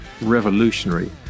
revolutionary